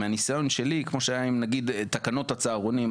מהניסיון שלי כמו שהיה עם נגיד תקנות הצהרונים,